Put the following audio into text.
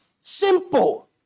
simple